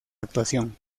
actuación